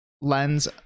lens